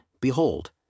Behold